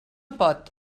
pot